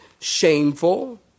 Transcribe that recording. shameful